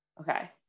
okay